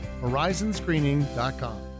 Horizonscreening.com